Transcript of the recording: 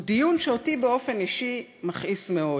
הוא דיון שאותי באופן אישי מכעיס מאוד.